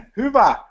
hyvä